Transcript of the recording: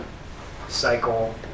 cycle